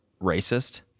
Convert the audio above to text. racist